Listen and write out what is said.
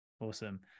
awesome